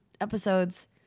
episodes